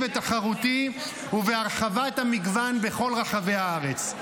ותחרותי ובהרחבת המגוון בכל רחבי הארץ.